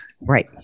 Right